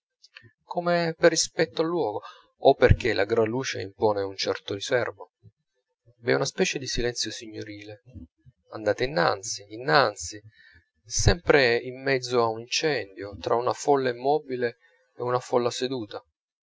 come per rispetto al luogo o perchè la gran luce impone un certo riserbo v'è una specie di silenzio signorile andate innanzi innanzi sempre in mezzo a un incendio tra una folla immobile e una folla seduta